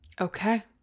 Okay